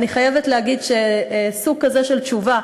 אני חייבת להגיד שסוג כזה של תשובה,